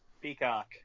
Peacock